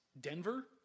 Denver